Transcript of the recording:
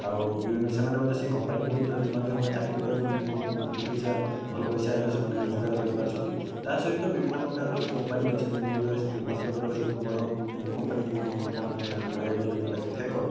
ଆଉ ବିଭିନ୍ନ ସେମାନେ ମଧ୍ୟ ସେଇ କମ୍ପାନୀଟି ମଧ୍ୟ ଚାକିରୀ କରି ବହୁତ ଦୁଇ ପଇସା ଭଲ ପଇସା ସେମାନେ ରୋଜଗାର କରିପାରୁଛନ୍ତି ତା'ସହିତ ବିଭିନ୍ନ ପ୍ରକାରର କମ୍ପାନୀ ଅଛି ଯେମିତିକି ଗୋଟେ ଭଦ୍ରକର ସବୁଠୁ ବଡ଼ କମ୍ପାନୀ ଯେମିତି କହିବାକୁ ଗଲେ ଯେଉଁଟାକି ଫେକର